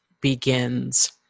begins